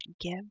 give